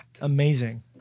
amazing